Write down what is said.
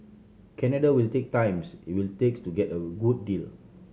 Canada will take times it will takes to get a good deal